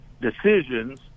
decisions